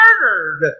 murdered